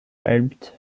helped